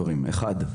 כרגע,